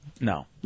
No